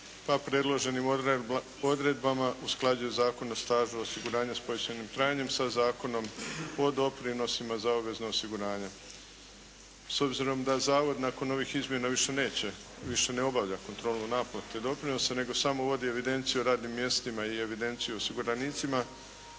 pa predloženim odredbama usklađuje Zakon o stažu osiguranja s povećanim trajanjem sa Zakonom o doprinosima za obvezno osiguranje. S obzirom da zavod nakon ovih izmjena više neće, više ne obavlja kontrolu naplate doprinosa nego samo uvodi evidenciju o radnim mjestima i evidenciju osiguranicima.